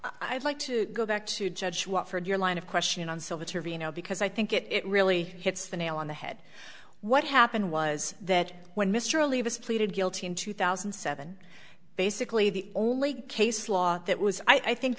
i'd like to go back to judge what for your line of questioning on sivits or vino because i think it it really hits the nail on the head what happened was that when mr leave us pleaded guilty in two thousand and seven basically the only case law that was i think